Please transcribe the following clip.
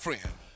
Friend